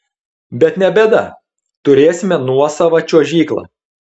bet ne bėda turėsime nuosavą čiuožyklą